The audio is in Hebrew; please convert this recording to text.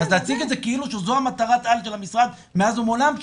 ואז להציג את זה כאילו שזו מטרת העל של המשרד מאז ומעולם,